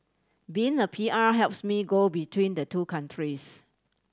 being a P R helps me go between the two countries